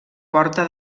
porta